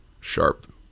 sharp